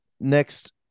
next